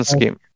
Scheme